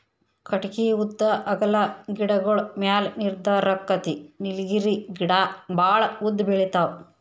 ಕಟಗಿ ಉದ್ದಾ ಅಗಲಾ ಗಿಡಗೋಳ ಮ್ಯಾಲ ನಿರ್ಧಾರಕ್ಕತಿ ನೇಲಗಿರಿ ಗಿಡಾ ಬಾಳ ಉದ್ದ ಬೆಳಿತಾವ